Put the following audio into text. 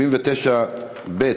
79(ב)